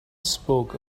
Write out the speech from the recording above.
spoke